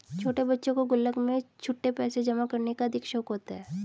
छोटे बच्चों को गुल्लक में छुट्टे पैसे जमा करने का अधिक शौक होता है